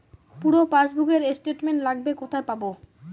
পুরো পাসবুকের স্টেটমেন্ট লাগবে কোথায় পাব?